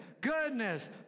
goodness